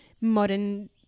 modern